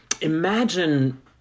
Imagine